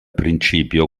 principio